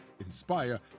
inspire